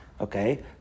Okay